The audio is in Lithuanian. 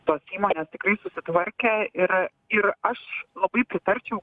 tos įmonės tikrai susitvarkė ir a ir aš labai pritarčiau